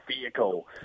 vehicle